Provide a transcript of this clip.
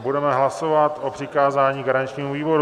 Budeme hlasovat o přikázání garančnímu výboru.